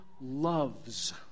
loves